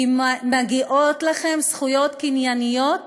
כי מגיעות לכם זכויות קנייניות